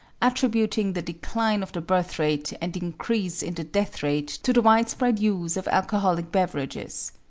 attributing the decline of the birth rate and increase in the death rate to the widespread use of alcoholic beverages.